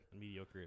Mediocre